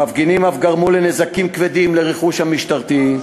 המפגינים אף גרמו נזקים כבדים לרכוש המשטרתי,